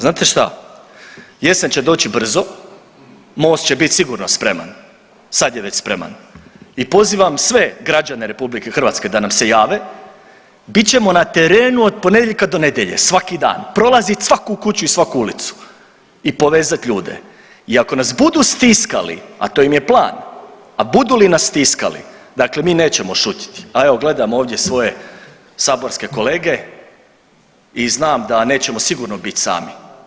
Znate šta, jesen će doći brzo, Most će biti sigurno spreman, sad je već spreman i pozivam sve građane RH da nam se jave, bit ćemo na terenu od ponedjeljka do nedjelje, svaki dan, prolazit svaku kuću i svaku ulicu, i povezat ljude i ako nas budu stiskali a to im je plan, a budu li nas stiskali, dakle mi nećemo šutjeti, pa evo gledam ovdje svoje saborske kolege i znam da nećemo sigurno bit sami.